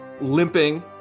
limping